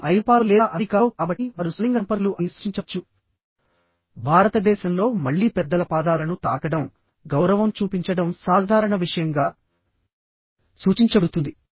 కానీఐరోపాలో లేదా అమెరికాలో కాబట్టి వారు స్వలింగ సంపర్కులు అని సూచించవచ్చు భారతదేశంలో మళ్ళీ పెద్దల పాదాలను తాకడంగౌరవం చూపించడం సాధారణ విషయంగా సూచించబడుతుంది